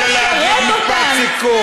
במקום לשרת אותם, תנו לה להגיד משפט סיכום.